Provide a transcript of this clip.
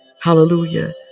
hallelujah